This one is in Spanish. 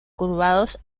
curvados